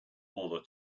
modo